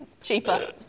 Cheaper